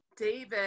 David